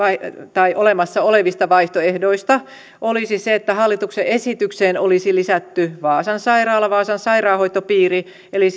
olemassa olevista vaihtoehdoista olisi se että hallituksen esitykseen olisi lisätty vaasan sairaala vaasan sairaanhoitopiiri eli